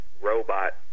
robot